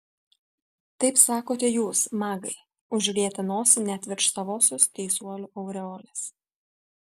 taip sakote jūs magai užrietę nosį net virš savosios teisuolių aureolės